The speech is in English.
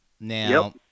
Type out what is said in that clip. Now